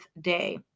day